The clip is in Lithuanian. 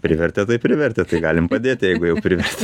privertė tai privertė kai galim padėti jeigu jau privertė